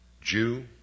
Jew